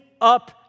up